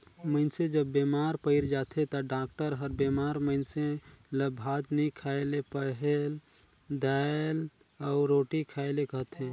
मइनसे जब बेमार पइर जाथे ता डॉक्टर हर बेमार मइनसे ल भात नी खाए ले कहेल, दाएल अउ रोटी खाए ले कहथे